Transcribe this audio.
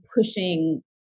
pushing